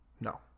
No